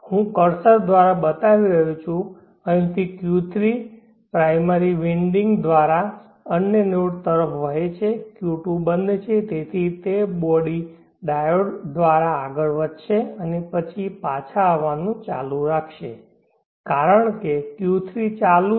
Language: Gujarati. હું કર્સર દ્વારા બતાવી રહ્યો છું અહીંથી Q3 પ્રાયમરી વિન્ડિંગ દ્વારા અન્ય નોડ તરફ વહે છે Q2 બંધ છે તેથી તે બોડી ડાયોડ દ્વારા આગળ વધશે અને પછી પાછા આવવાનું ચાલુ રાખશે કારણ કે Q3 ચાલુ છે